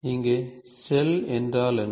இங்கே ஷெல் என்றால் என்ன